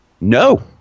No